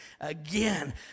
Again